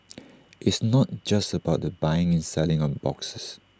it's not just about the buying and selling of boxes